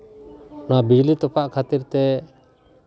ᱚᱱᱟ ᱵᱤᱡᱽᱞᱤ ᱛᱚᱯᱟᱜ ᱠᱷᱟᱹᱛᱤᱨ ᱛᱮ